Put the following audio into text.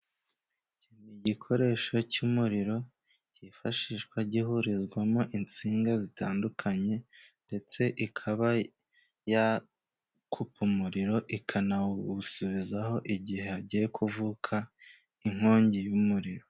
Igikoresho cy'umuriro, cyifashishwa gihurizwamo insinga zitandukanye, ndetse ikaba yakupa umuriro ikanawuwusubizaho igihe hagiye kuvuka inkongi y'umuriro.